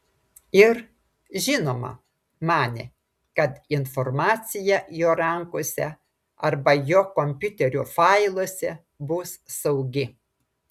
ir žinoma manė kad informacija jo rankose arba jo kompiuterio failuose bus saugi